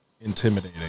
intimidating